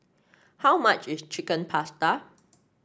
how much is Chicken Pasta